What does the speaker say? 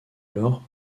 alors